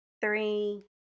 three